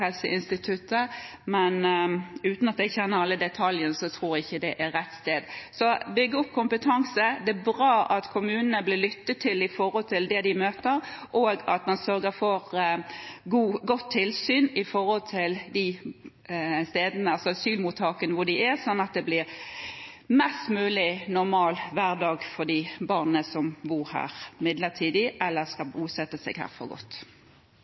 men uten at jeg kjenner alle detaljene, tror jeg ikke det er rett sted. Det er om å gjøre å bygge opp kompetanse. Det er bra at kommunene blir lyttet til når det gjelder det de møter, og at man sørger for godt tilsyn på asylmottakene, sånn at det blir en mest mulig normal hverdag for de barna som bor der midlertidig eller skal bosette seg her for godt.